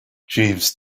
jeeves